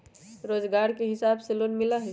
रोजगार के हिसाब से लोन मिलहई?